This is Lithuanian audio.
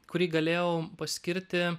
kurį galėjau paskirti